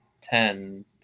ten